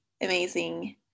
amazing